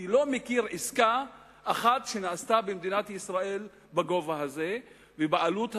אני לא מכיר עסקה אחת שנעשתה במדינת ישראל בהיקף הזה ובעלות הזאת.